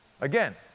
Again